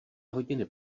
hodiny